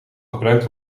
gebruikt